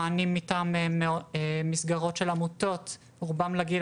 מענים מטעם מסגרות של עמותות הם רובם לגיל